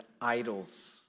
idols